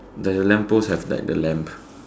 the lamp post have like the lamp